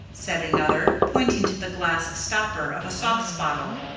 said another, pointing to the glass stopper of a sauce bottle.